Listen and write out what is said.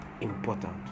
important